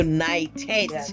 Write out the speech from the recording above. United